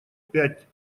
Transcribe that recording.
пять